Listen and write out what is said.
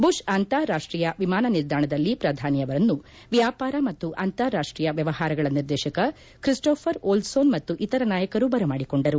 bush ಅಂತಾರಾಷ್ಟೀಯ ವಿಮಾನ ನಿಲ್ದಾಣದಲ್ಲಿ ಪ್ರಧಾನಿ ಅವರನ್ನು ವ್ಯಾಪಾರ ಮತ್ತು ಅಂತಾರಾಷ್ಟೀಯ ವ್ಯವಹಾರಗಳ ನಿರ್ದೇಶಕ ಕ್ರಿಸ್ಸೋಫರ್ ಓಲ್ಪೋನ್ ಮತ್ತು ಇತರ ನಾಯಕರು ಬರಮಾಡಿಕೊಂಡರು